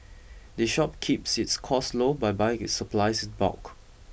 the shop keeps its costs low by buying its supplies in bulk